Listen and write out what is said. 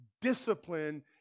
discipline